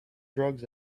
drugs